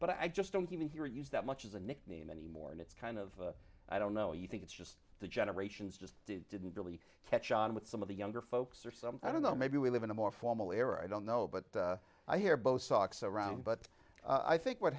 but i just don't hear it used that much as a nickname anymore and it's kind of i don't know you think it's just the generations just didn't really catch on with some of the younger folks or some i don't know maybe we live in a more formal era i don't know but i hear both sox around but i think what